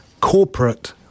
corporate